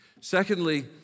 Secondly